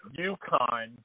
UConn